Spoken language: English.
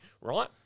right